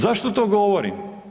Zašto to govorim?